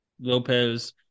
Lopez